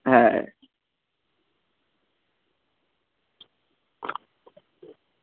হ্যাঁ